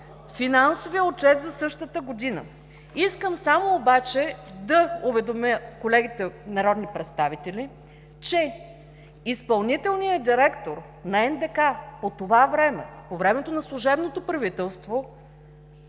финансовия отчет за същата година. Искам само обаче да уведомя колегите народни представители, че изпълнителният директор на НДК по това време, по времето на служебното правителство,